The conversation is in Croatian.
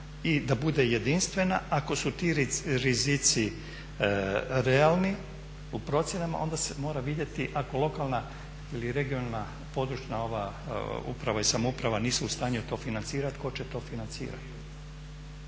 i da bude jedinstvena. Ako su ti rizici realni u procjenama onda se mora vidjeti ako lokalna ili regionalna (područna) uprava i samouprava nisu u stanju to financirat, tko će to financirat.